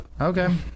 Okay